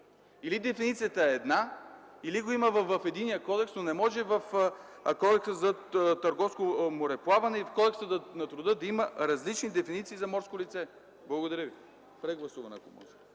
Или дефиницията е една, или го има в единия кодекс, но не може в Кодекса за търговско мореплаване и в Кодекса на труда да има различни дефиниции за морско лице. Благодаря ви. Ако може